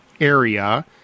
area